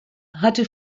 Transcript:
hatte